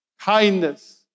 kindness